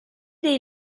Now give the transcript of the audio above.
dei